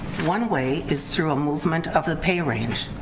one way is through a movement of the pay range.